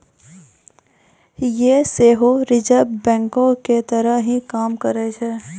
यें सेहो रिजर्व बैंको के तहत ही काम करै छै